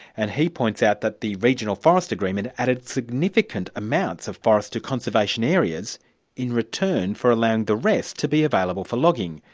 and he points out that the regional forest agreement added significant amounts of forest to conservation areas in return for allowing the rest to be available for logging,